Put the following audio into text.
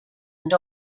and